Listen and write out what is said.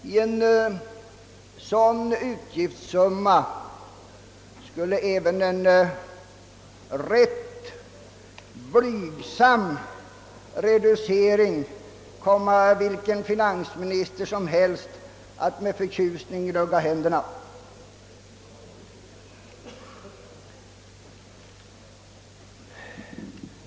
Även en ganska blygsam reducering skulle därför komma vilken finansminister som helst att med förtjusning gnugga händerna.